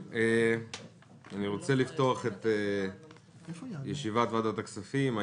אני מבקש לפתוח את ישיבת ועדת הכספים.